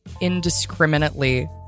indiscriminately